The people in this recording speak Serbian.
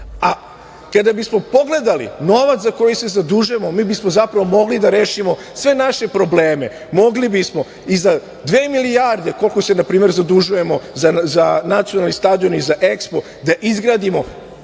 banaka. Kada bismo pogledali novac za koji se zadužujemo mi bismo zapravo mogli da rešimo sve naše probleme, mogli bismo i za dve milijarde koliko se na primer zadužujemo za nacionalni stadion i za EXPO, da izgradimo